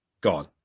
gone